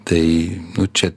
tai čia